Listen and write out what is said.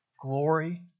Glory